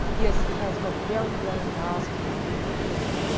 yes, it has got very, very nasty nasty symptoms.